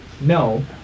No